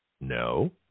No